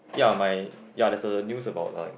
ya my ya there's a news about like